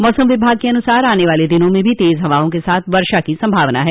मौसम विभाग के अनुसार आने वाले दिनों में भी तेज हवाओं के साथ वर्षा होने की संभावना है